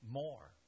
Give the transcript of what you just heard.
more